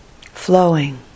flowing